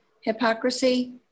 hypocrisy